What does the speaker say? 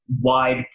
wide